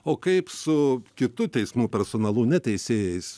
o kaip su kitu teismų personalu ne teisėjais